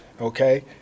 okay